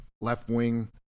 left-wing